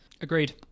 Agreed